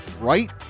right